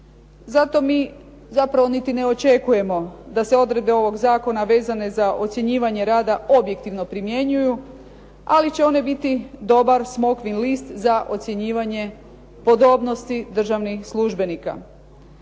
Zato mi zapravo niti ne očekujemo da se odredbe ovog zakona vezane za ocjenjivanje rada objektivno primjenjuju, ali će one biti dobar smokvin list za ocjenjivanje podobnosti državnih službenika.